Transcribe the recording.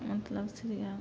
मतलब की हइ